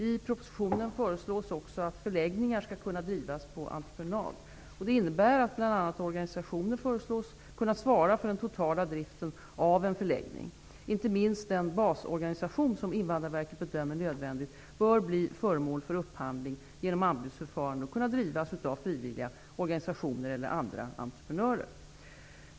I propositionen föreslås också att förläggningar skall kunna drivas på entreprenad. Det innebär att bl.a. organisationer föreslås kunna svara för den totala driften av en förläggning. Inte minst den basorganisation som Invandrarverket bedömer nödvändig bör bli föremål för upphandling genom anbudsförfarande och kunna drivas av frivilliga organisationer eller andra entreprenörer.